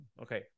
Okay